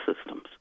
systems